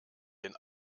den